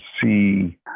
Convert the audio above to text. see